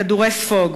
כדורי ספוג,